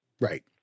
Right